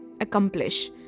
accomplish